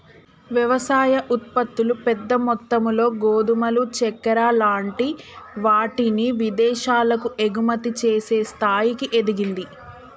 వ్యవసాయ ఉత్పత్తులు పెద్ద మొత్తములో గోధుమలు చెక్కర లాంటి వాటిని విదేశాలకు ఎగుమతి చేసే స్థాయికి ఎదిగింది